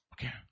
Okay